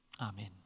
Amen